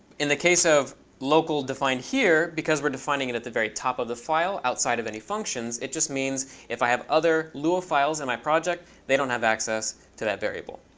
in the case of local defined here, because we're defining it at the very top of the file outside of any functions, it just means if i have other lua files in my project they don't have access to that variable.